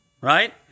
right